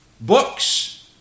books